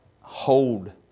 hold